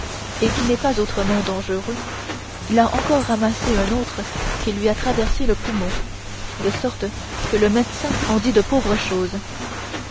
et qui n'est pas autrement dangereux il en a encore ramassé un autre qui lui a traversé le poumon de sorte que le médecin en dit de pauvres choses